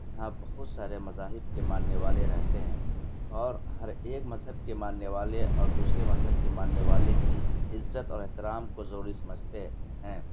یہاں بہت سارے مذاہب کے ماننے والے رہتے ہیں اور ہر ایک مذہب کے ماننے والے اور دوسرے مذہب کے ماننے والے کی عزت اور احترام کو ضروری سمجھتے ہیں